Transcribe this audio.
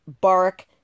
bark